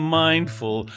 mindful